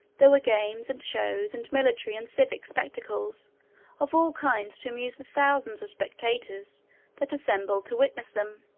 there were games, and shows, and military and civic spectacles of all kinds to amuse the thousands of spectators that assembled to witness them.